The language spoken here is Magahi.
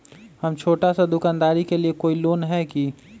हम छोटा सा दुकानदारी के लिए कोई लोन है कि?